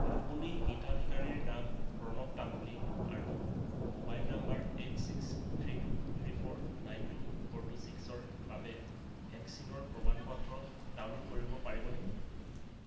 আপুনি হিতাধিকাৰীৰ নাম প্ৰণৱ তামুলী আৰু mobile number eight six three two three four nine two four two ছিক্সৰ বাবে ভেকচিনৰ প্ৰমাণপত্ৰ ডাউনলোড কৰিব পাৰিবনে